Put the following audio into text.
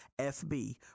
FB